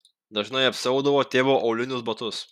dažnai apsiaudavo tėvo aulinius batus